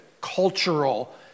cultural